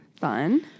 Fun